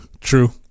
True